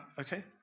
okay